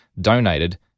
donated